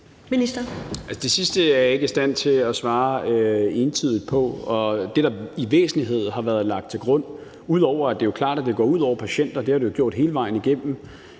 Det sidste er jeg ikke i stand til at svare entydigt på. Det, der i al væsentlighed har været lagt til grund ud over det, at det jo er klart, at det går ud over patienter, og det har det jo gjort hele vejen i gennem,